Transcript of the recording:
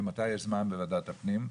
ומתי יש זמן בוועדת הפנים?